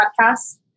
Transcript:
podcast